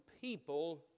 people